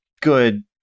good